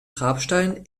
grabstein